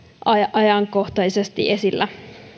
ajankohtaisesti esillä